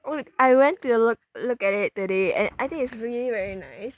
oh I went to look look at it today and I think it's really very nice